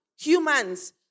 humans